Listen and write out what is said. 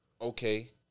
Okay